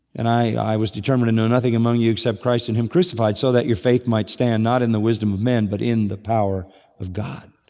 and i was determined to know nothing among you except christ and him crucified so that your faith might stand not in the wisdom of man but in the power of god.